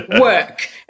work